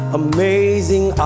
amazing